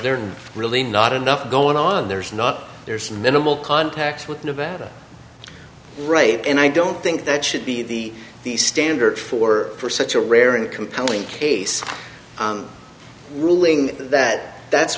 they're really not enough going on there's not there's minimal contact with nevada right and i don't think that should be the the standard for for such a rare and compelling case ruling that that's